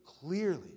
clearly